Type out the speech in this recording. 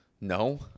No